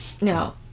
no